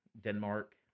Denmark